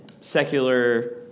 secular